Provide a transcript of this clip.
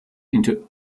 into